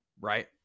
right